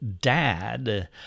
dad